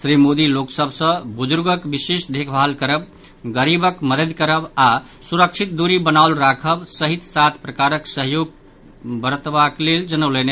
श्री मोदी लोक सभ सँ बुजुर्गक विशेष देखभाल करब गरीबक मददि करब आओर सुरक्षित दूरी बनाओल राखब सहित सात प्रकारक सहयोग बरबाक लेल जनौलनि